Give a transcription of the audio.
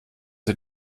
sie